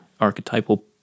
archetypal